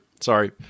sorry